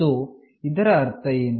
so ಇದರ ಅರ್ಥ ಏನು